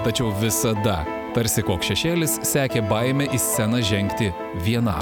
tačiau visada tarsi koks šešėlis sekė baimę į sceną žengti vienam